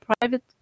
private